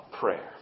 prayer